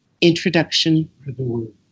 introduction